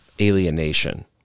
alienation